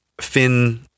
Finn